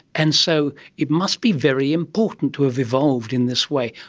and so it must be very important to have evolved in this way.